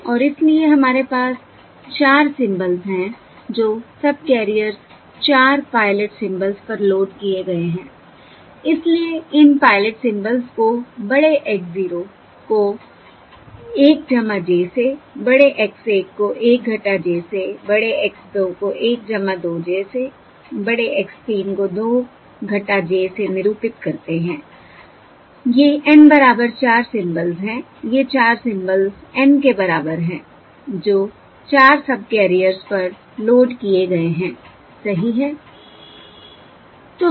और इसलिए हमारे पास 4 सिंबल्स हैं जो सबकैरियर्स 4 पायलट सिंबल्स पर लोड किए गए हैं इसलिए इन पायलट सिंबल्स को बड़े X 0 को 1 j से बड़े X 1 को 1 j से बड़े X 2 को 1 2j से बड़े X 3 को 2 j से निरूपित करते हैं 1 ये N बराबर 4 सिंबल्स हैं ये 4 सिंबल्स N के बराबर हैं जो 4 सबकैरियर्स पर लोड किए गए हैं सही हैं